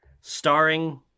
starring